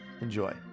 Enjoy